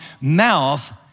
mouth